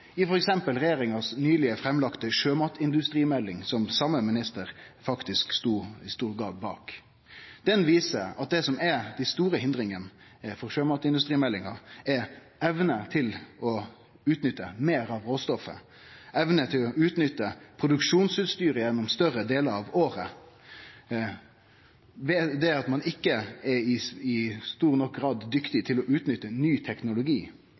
i t.d. regjeringas nyleg framlagde sjømatindustrimelding, som den same ministeren faktisk i stor grad stod bak. Den viser at det som er den store hindringa for sjømatindustrien, er evna til å utnytte meir av råstoffet, evna til å utnytte produksjonsutstyret gjennom større delar av året ved at ein ikkje i stor nok grad er dyktig til å utnytte ny teknologi,